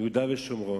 מיהודה ושומרון,